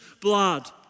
blood